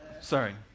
Sorry